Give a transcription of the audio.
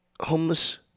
homeless